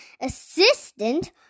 assistant